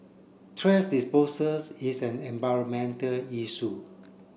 thrash disposals is an environmental issue